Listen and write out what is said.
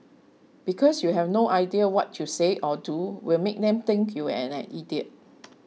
because you have no idea what you say or do will make them think you're an idiot